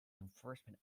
enforcement